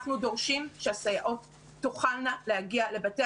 אנחנו דורשים שהסייעות תוכלנה להגיע לבתי